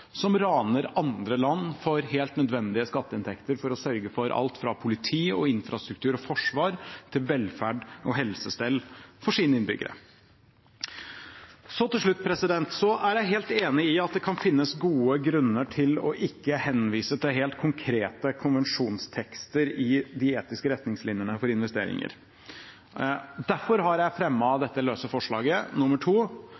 som raner andre land for helt nødvendige skatteinntekter som sørger for alt fra politi, infrastruktur og forsvar til velferd og helsestell for deres innbyggere. Til slutt: Jeg er helt enig i at det kan finnes gode grunner til ikke å henvise til helt konkrete konvensjonstekster i de etiske retningslinjene for investeringer. Derfor har jeg